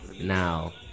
Now